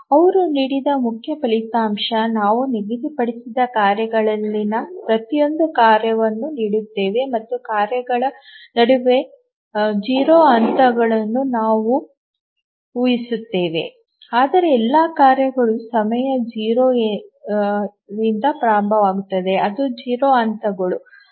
ಅವರು ನೀಡಿದ ಮುಖ್ಯ ಫಲಿತಾಂಶ ನಾವು ನಿಗದಿಪಡಿಸಿದ ಕಾರ್ಯಗಳಲ್ಲಿನ ಪ್ರತಿಯೊಂದು ಕಾರ್ಯವನ್ನು ನೋಡುತ್ತೇವೆ ಮತ್ತು ಕಾರ್ಯಗಳ ನಡುವೆ 0 ಹಂತಗಳನ್ನು ನಾವು ume ಹಿಸುತ್ತೇವೆ ಅಂದರೆ ಎಲ್ಲಾ ಕಾರ್ಯಗಳು ಸಮಯ 0 ರಿಂದ ಪ್ರಾರಂಭವಾಗುತ್ತವೆ ಅದು 0 ಹಂತಗಳು